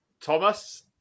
Thomas